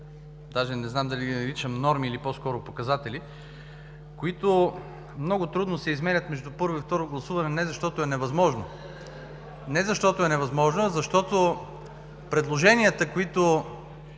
даже не знам дали да ги наричам „норми“ или по-скоро – „показатели“, които много трудно се изменят между първо и второ гласуване не защото е невъзможно. Не защото е невъзможно, а защото предложенията, които